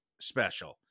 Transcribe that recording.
special